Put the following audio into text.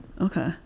Okay